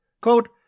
Quote